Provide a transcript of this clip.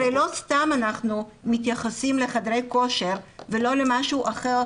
הרי לא סתם אנחנו מתייחסים לחדרי כושר ולא למשהו אחר,